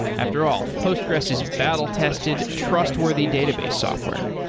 after all, postgressql is battle-tested, trustworthy database software